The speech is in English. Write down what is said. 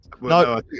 No